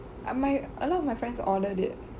but my a lot of my friends ordered it